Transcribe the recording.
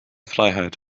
freiheit